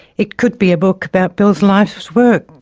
it could be a book about bill's life's work,